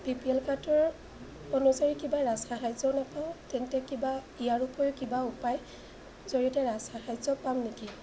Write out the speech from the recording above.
B P L কাৰ্ডৰ অনুযায়ী কিবা ৰাজ সাহাৰ্যও নাপাওঁ তেন্তে কিবা ইয়াৰ উপৰিও কিবা উপায় জৰিয়তে ৰাজ সাহাৰ্য পাম নেকি